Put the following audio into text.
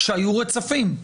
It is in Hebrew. כשהיו רצפים.